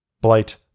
Blight